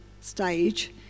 stage